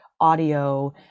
audio